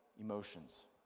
emotions